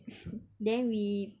then we